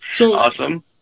Awesome